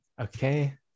Okay